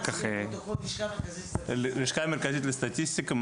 הלשכה המרכזית לסטטיסטיקה,